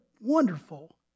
wonderful